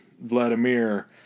Vladimir